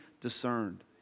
discerned